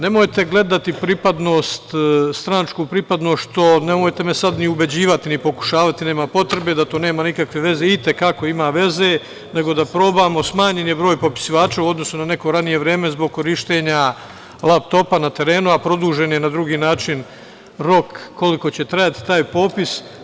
Nemojte gledati pripadnost, stranačku pripadnost, nemojte me sada ni ubeđivati, ni pokušavati, nema potrebe, u to da to nema nikakve veze, jer to ima i te kako veze, nego da probamo smanjeni broj popisivača u odnosu na neko ranije vreme, zbog korišćenja lap topa na terenu, a produžen je na drugi način rok, koliko će trajati taj popis.